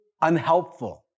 unhelpful